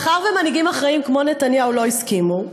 ומאחר שמנהיגים אחראים כמו נתניהו לא הסכימו,